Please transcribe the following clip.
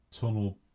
tunnel